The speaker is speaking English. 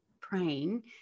praying